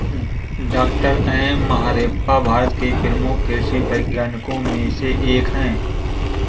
doctor M Mahadevappa Bharat के प्रमुख कृषि वैज्ञानिकों में से एक हैं